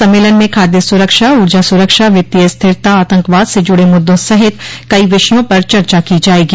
सम्मेलन में खाद्य सुरक्षा ऊर्जा सुरक्षा वित्तीय स्थिरता आतंकवाद से जुड़े मुद्दों सहित कई विषयों पर चर्चा की जाएगी